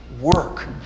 work